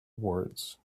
words